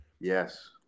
Yes